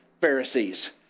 Pharisees